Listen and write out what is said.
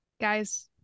guys